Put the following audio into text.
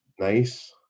Nice